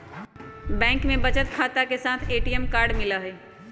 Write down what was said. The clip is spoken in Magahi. बैंक में बचत खाता के साथ ए.टी.एम कार्ड मिला हई